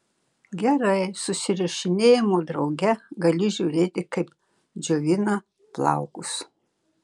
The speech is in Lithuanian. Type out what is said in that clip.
gerai susirašinėjimo drauge gali žiūrėti kaip džiovina plaukus